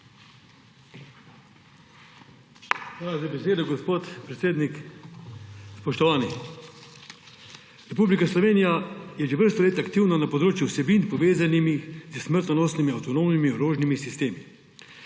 Hvala za besedo, gospod predsednik. Spoštovani! Republika Slovenija je že vrsto let aktivna na področju vsebin, povezanimi s smrtonosnimi avtonomnimi orožnimi sistemi.